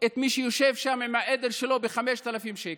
את מי שיושב שם עם העדר שלו ב-5,000 שקל,